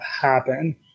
happen